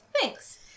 thanks